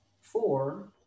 four